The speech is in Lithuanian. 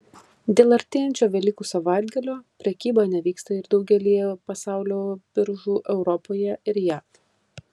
dėl artėjančio velykų savaitgalio prekyba nevyksta ir daugelyje pasaulio biržų europoje ir jav